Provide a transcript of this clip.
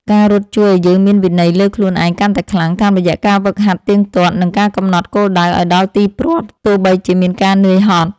ការរត់ជួយឱ្យយើងមានវិន័យលើខ្លួនឯងកាន់តែខ្លាំង តាមរយៈការហ្វឹកហាត់ទៀងទាត់ និងការកំណត់គោលដៅឱ្យដល់ទីព្រ័ត្រទោះបីជាមានការនឿយហត់។